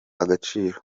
agaciro